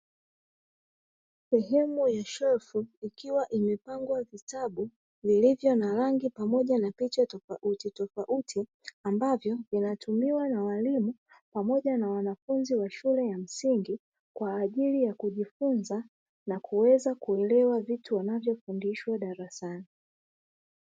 Sehemu ya shelfu ikiwa imepangwa vitabu vilivyo na rangi pamoja na picha tofautitofauti, ambavyo vinatumiwa na waalimu pamoja na wanafunzi wa shule ya msingi kwa ajili ya kujifunza na kuweza kuelewa vitu wanavyofundishwa darasani.